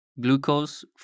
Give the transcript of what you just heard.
Glucose